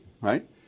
right